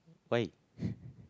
why